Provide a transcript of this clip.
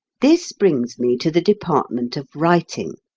this brings me to the department of writing.